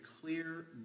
clear